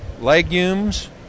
legumes